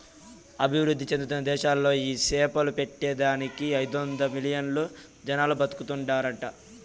అభివృద్ధి చెందుతున్న దేశాలలో ఈ సేపలు పట్టే దానికి ఐదొందలు మిలియన్లు జనాలు బతుకుతాండారట